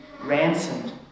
ransomed